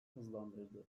hızlandırdı